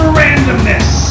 randomness